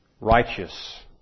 righteous